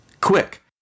Quick